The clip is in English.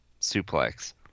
suplex